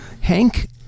Hank